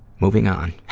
moving on.